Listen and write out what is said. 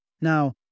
Now